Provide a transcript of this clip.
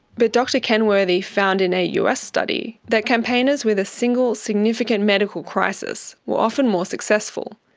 but dr kenworthy found in a us study that campaigners with a single significant medical crisis were often more successful.